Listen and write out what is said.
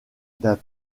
d’un